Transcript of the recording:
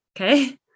Okay